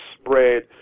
spread